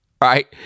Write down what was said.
right